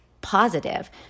positive